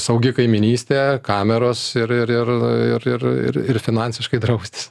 saugi kaimynystė kameros ir ir ir ir ir ir finansiškai draustis